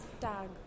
tag